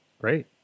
Great